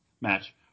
match